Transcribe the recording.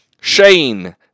Shane